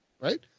Right